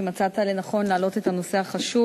שמצאת לנכון להעלות את הנושא החשוב